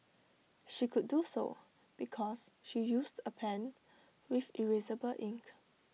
she could do so because she used A pen with erasable ink